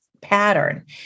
pattern